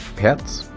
pets,